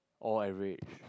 orh average